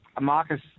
Marcus